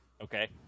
okay